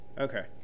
Okay